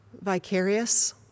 vicarious